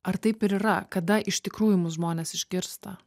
ar taip ir yra kada iš tikrųjų mus žmonės išgirsta